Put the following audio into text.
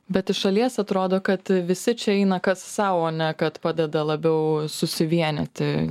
bet iš šalies atrodo kad visi čia eina kas sau o ne kad padeda labiau susivienyti